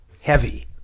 heavy